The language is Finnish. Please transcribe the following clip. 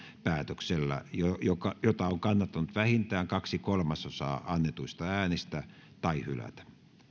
päätöksellä jota on kannattanut vähintään kaksi kolmasosaa annetuista äänistä tai hylätä